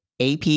AP